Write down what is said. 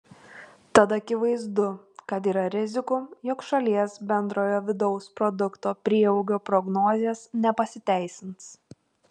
tad akivaizdu kad yra rizikų jog šalies bendrojo vidaus produkto prieaugio prognozės nepasiteisins